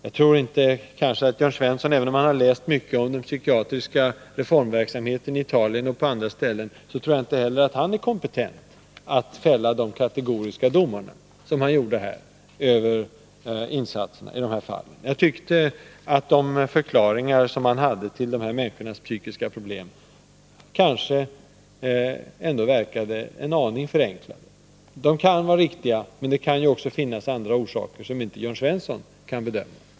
Jag tror inte att ens Jörn Svensson — även om han har läst mycket om den psykiatriska reformverksamheten i Italien och på andra ställen — är kompetent att fälla de kategoriska domar som han här gjorde över vårdinsatserna i dessa fall. Jag tyckte att de förklaringar som han hade till dessa människors psykiska problem verkade en aning förenklade. De kan vara riktiga, men det kan finnas andra orsaker som Jörn Svensson inte kan bedöma.